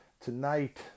tonight